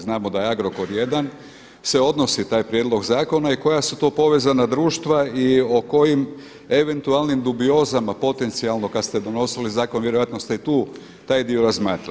Znamo da je Agrokor jedan se odnosi taj prijedlog zakona i koja su to povezana društva i o kojim eventualnim dubiozama potencijalno kad ste donosili zakon vjerojatno ste i tu taj dio razmatrali.